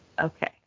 Okay